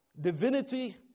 divinity